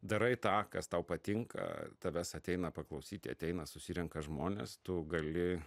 darai tą kas tau patinka tavęs ateina paklausyti ateina susirenka žmonės tu gali